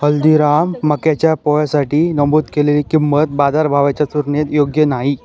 हल्दीराम मक्याच्या पोह्यासाठी नमूद केलेली किंमत बाजारभावाच्या तुलनेत योग्य नाही